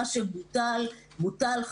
מה שבוטל, בוטל.